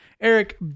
Eric